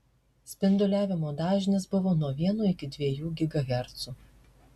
spinduliavimo dažnis buvo nuo vieno iki dviejų gigahercų